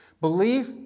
Belief